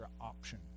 option